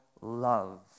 love